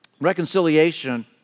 Reconciliation